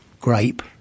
grape